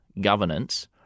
governance